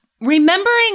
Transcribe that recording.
Remembering